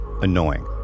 annoying